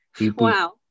wow